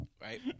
right